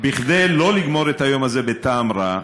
כדי לא לגמור את היום הזה בטעם רע,